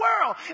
world